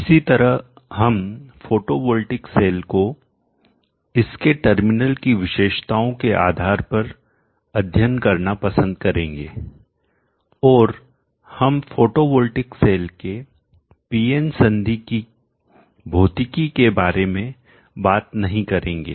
इसी तरह हम फोटोवोल्टिक सेल को इसके टर्मिनल की विशेषताओं के आधार पर अध्ययन करना पसंद करेंगे और हम फोटोवोल्टिक सेल के पीएन संधि की भौतिकी के बारे में बात नहीं करेंगे